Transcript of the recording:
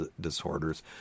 disorders